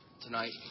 tonight